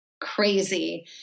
crazy